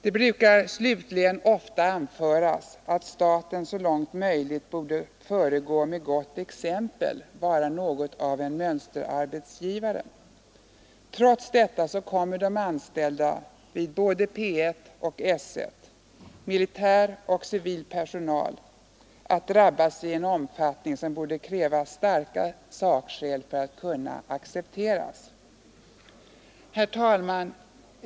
Det brukar ofta anföras att staten så långt möjligt borde föregå med gott exempel, vara något av en mönsterarbetsgivare. Trots detta kommer de anställda vid S 1 och P 1 — militär och civil personal — att drabbas i en omfattning som borde kräva starka sakskäl för att kunna accepteras. Herr talman!